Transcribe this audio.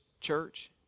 church